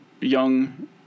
young